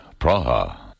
Praha